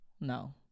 no